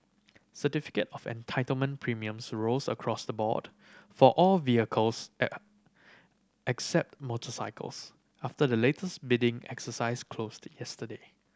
certificate of Entitlement premiums rose across the board for all vehicles except motorcycles after the latest bidding exercise closed yesterday